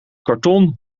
karton